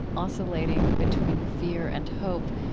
oscillating between fear and hope.